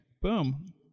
Boom